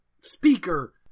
speaker